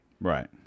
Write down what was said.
Right